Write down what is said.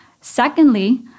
Secondly